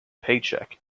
paycheck